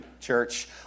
church